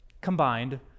combined